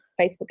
facebook